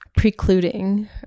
precluding